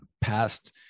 past